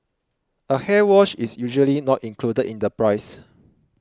a hair wash is usually not included in the price